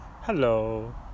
Hello